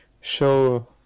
show